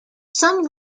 some